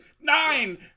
nine